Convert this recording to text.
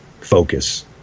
focus